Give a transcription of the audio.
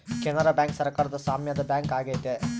Canara bank ಸರಕಾರದ ಸಾಮ್ಯದ bank ಆಗೈತೆ